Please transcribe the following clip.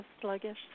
sluggish